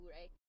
right